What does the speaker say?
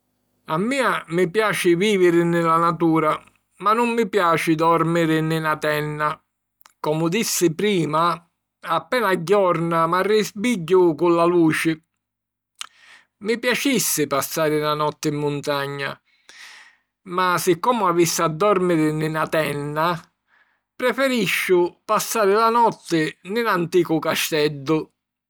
A mia mi piaci vìviri nni la natura ma nun mi piaci dòrmiri nni na tenna. Comu dissi prima, appena agghiorna m'arrisbigghiu cu la luci. Mi piacissi passari na notti 'n muntagna ma, si comu avissi a dòrmiri nni na tenna, preferisciu passari la notti nni 'n anticu casteddu.